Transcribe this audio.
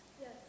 Yes